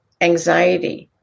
anxiety